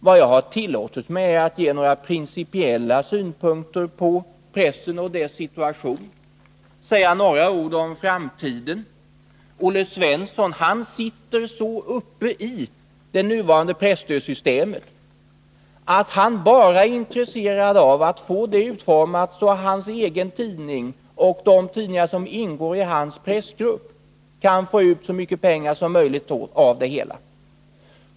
Vad jag tillåtit mig är att ge några principiella synpunkter på pressen och dess situation och säga några ord om framtiden. Olle Svensson sitter så uppe i det nuvarande presstödssystemet att han bara är intresserad av att få det utformat så, att hans egen tidning och de ” tidningar som ingår i hans pressgrupp kan få ut så mycket pengar som möjligt av det hela.